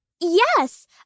Yes